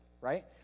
right